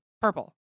purple